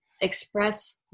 express